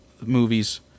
movies